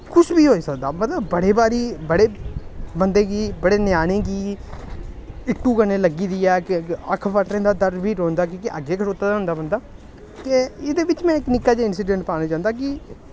कुछ बी होई सकदा मतलब बड़े बारी बड़े बंदे गी बड़े ञ्याणें गी इट्टु कन्नै लग्गी दी ऐ अक्ख फटने दा डर बी रौंह्दा क्योंकि अग्गें खड़ोते दा होंदा बंदा ते एह्दे बिच्च मे इक निक्का जेहा इंसिडैंट पाना चांह्दा कि